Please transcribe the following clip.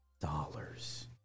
dollars